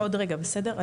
עוד רגע, בסדר?